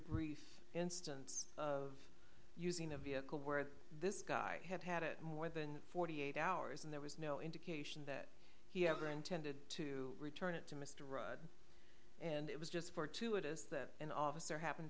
brief instance of using a vehicle where this guy had had it more than forty eight hours and there was no indication that he ever intended to return it to mr rudd and it was just for two it is that an officer happened